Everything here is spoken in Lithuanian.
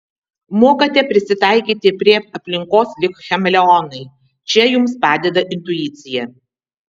mokate prisitaikyti prie aplinkos lyg chameleonai čia jums padeda intuicija